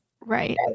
Right